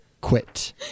quit